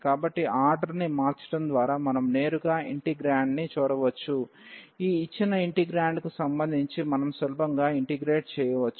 కాబట్టి ఆర్డర్ని మార్చడం ద్వారా మనం నేరుగా ఇంటిగ్రేండ్ని చూడవచ్చు ఈ ఇచ్చిన ఇంటిగ్రేండ్కు సంబంధించి మనం సులభంగా ఇంటిగ్రేట్ చేయవచ్చు